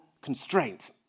constraint